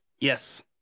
Yes